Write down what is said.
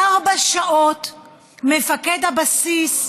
ארבע שעות מפקד הבסיס,